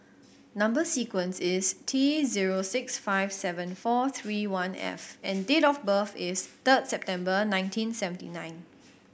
number sequence is T zero six five seven four three one F and date of birth is third September nineteen seventy nine